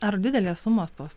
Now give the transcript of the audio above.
ar didelės sumos tos